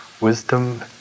wisdom